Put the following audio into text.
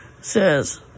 says